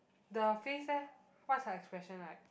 the face leh what's her expression like